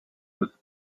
with